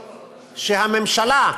לעשות,